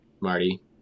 Marty